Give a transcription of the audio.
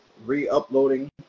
re-uploading